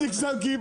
אופקי?